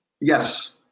Yes